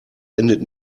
endet